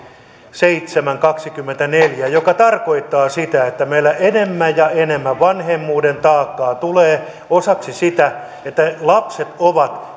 seitsemän kautta kaksikymmentäneljä mikä tarkoittaa sitä että meillä enemmän ja enemmän vanhemmuuden taakkaa tulee osaksi siitä että lapset ovat